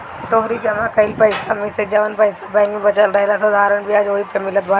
तोहरी जमा कईल पईसा मेसे जवन पईसा बैंक में बचल रहेला साधारण बियाज ओही पअ मिलत बाटे